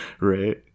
Right